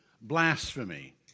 blasphemy